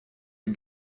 sie